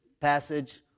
passage